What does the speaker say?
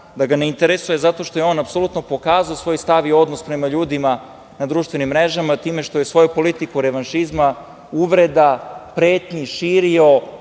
da ga ne interesuje zato što je on apsolutno pokazao svoj stav i odnos prema ljudima na društvenim mrežama time što je svoju politiku revanšizma, uvreda, pretnji širio,